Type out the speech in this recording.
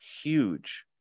huge